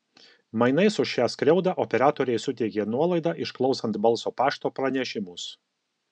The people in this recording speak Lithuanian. mainais už šią skriaudą operatoriai suteikė nuolaidą išklausant balso pašto pranešimus